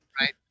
right